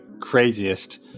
craziest